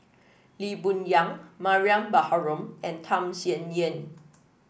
Lee Boon Yang Mariam Baharom and Tham Sien Yen